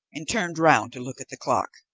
and turned round to look at the clock.